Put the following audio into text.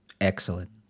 excellent